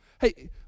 Hey